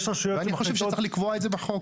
אני חושב שצריך לקבוע את זה בחוק.